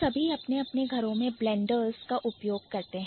हम सभी अपने घरों में Blenders ब्लेंडर्स का उपयोग करते हैं